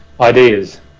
Ideas